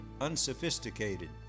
unsophisticated